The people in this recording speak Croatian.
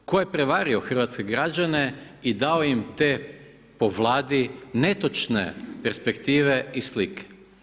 Tko je prevario hrvatske građane i dao im te po Vladi, netočne perspektive i slike?